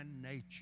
nature